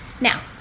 Now